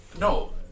No